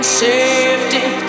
safety